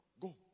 Go